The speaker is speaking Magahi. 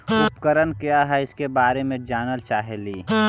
उपकरण क्या है इसके बारे मे जानल चाहेली?